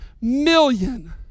million